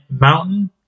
mountain